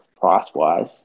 price-wise